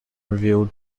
revealed